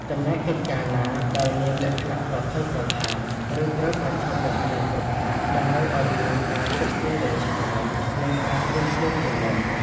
ចំណែកកិច្ចការណាដែលមានលក្ខណៈប្រថុយប្រថាន ឬត្រូវប្រឈមមុខនឹងគ្រោះថ្នាក់ តម្រូវឱ្យមានការគិតគូរវែងឆ្ងាយ និងការត្រៀមខ្លួនជាមុន។